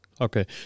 Okay